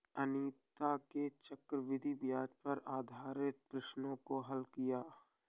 अनीता ने चक्रवृद्धि ब्याज पर आधारित प्रश्नों को हल किया